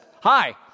hi